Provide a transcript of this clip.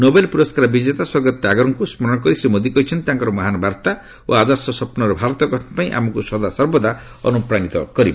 Nobel ପୁରସ୍କାର ବିଜେତା ସ୍ୱର୍ଗତ ଟାଗୋରଙ୍କୁ ସ୍ମରଣ କରି ଶ୍ରୀ ମୋଦୀ କହିଛନ୍ତି ତାଙ୍କର ମହାନ୍ ବାର୍ତ୍ତା ଓ ଆଦର୍ଶ ସ୍ୱପ୍ନର ଭାରତ ଗଠନ ପାଇଁ ଆମକୁ ସଦାସର୍ବଦା ଅନୁପ୍ରାଣୀତ କରିବ